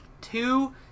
Two